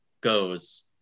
goes